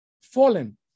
fallen